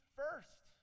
first